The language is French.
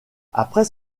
après